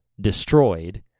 destroyed